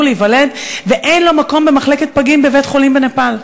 להיוולד ואין לו מקום במחלקת פגים בבית-חולים בנפאל.